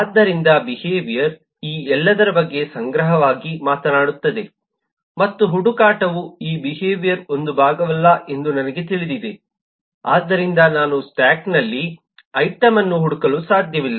ಆದ್ದರಿಂದ ಬಿಹೇವಿಯರ್ ಈ ಎಲ್ಲದರ ಬಗ್ಗೆ ಸಂಗ್ರಹವಾಗಿ ಮಾತನಾಡುತ್ತದೆ ಮತ್ತು ಹುಡುಕಾಟವು ಈ ಬಿಹೇವಿಯರ್ ಒಂದು ಭಾಗವಲ್ಲ ಎಂದು ನನಗೆ ತಿಳಿದಿದೆ ಆದ್ದರಿಂದ ನಾನು ಸ್ಟ್ಯಾಕ್ನಲ್ಲಿ ಐಟಂ ಅನ್ನು ಹುಡುಕಲು ಸಾಧ್ಯವಿಲ್ಲ